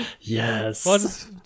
Yes